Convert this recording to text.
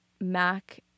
mac